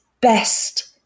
best